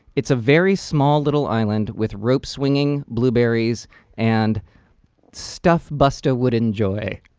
it's a very small little island with rope swinging, blueberries and stuff busta would enjoy.